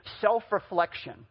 self-reflection